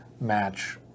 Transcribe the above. match